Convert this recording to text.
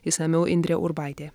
išsamiau indrė urbaitė